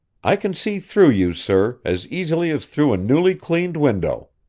i can see through you, sir, as easily as through a newly cleaned window.